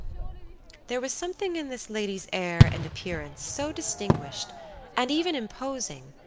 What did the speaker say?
there was something in this lady's air and appearance so distinguished and even imposing,